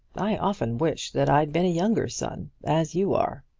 i often wish that i'd been a younger son as you are.